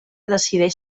decideix